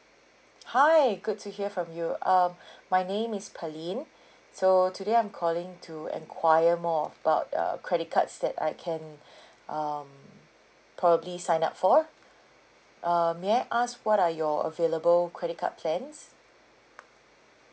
hi good to hear from you um my name is pearlyn so today I'm calling to enquire more about uh credit cards that I can um probably sign up for uh may I ask what are your available credit card plans